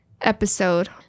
episode